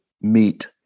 meet